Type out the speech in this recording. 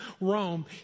Rome